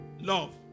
love